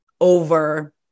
over